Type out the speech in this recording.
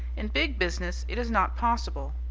in big business it is not possible.